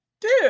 dude